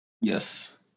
Yes